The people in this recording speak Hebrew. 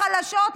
חלשות,